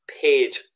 paid